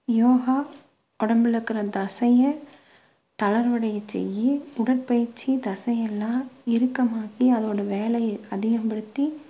யோகா உடம்புல இருக்கற தசையை தளர்வடைய செய்யும் உடற்பயிற்சி தசையெல்லாம் இறுக்கமாக்கி அதோடய வேலையை அதிகப்படுத்தி